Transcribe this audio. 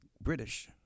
British